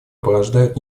порождают